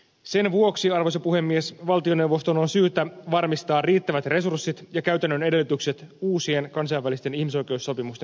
sen vuoksi arvoisa puhemies valtio neuvoston on syytä varmistaa riittävät resurssit ja käytännön edellytykset uusien kansainvälisten ihmisoikeussopimusten ratifioimiselle